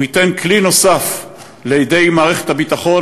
הוא ייתן כלי נוסף בידי מערכת הביטחון,